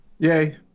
Yay